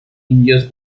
indios